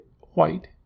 white